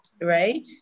right